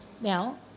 Now